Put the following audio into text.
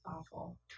awful